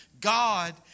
God